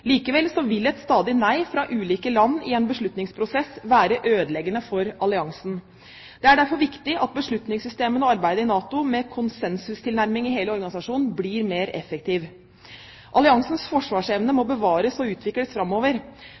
vil et stadig nei fra ulike land i en beslutningsprosess være ødeleggende for alliansen. Det er derfor viktig at beslutningssystemene og arbeidet i NATO med konsensustilnærming i hele organisasjonen blir mer effektiv. Alliansens forsvarsevne må bevares og utvikles framover.